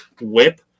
whip